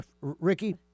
Ricky